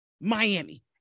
miami